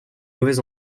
mauvais